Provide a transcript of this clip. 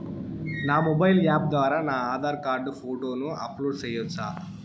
నా mobile app ద్వారా నా ఆధార్ కార్డు ఫోటోను అప్లోడ్ సేయొచ్చా?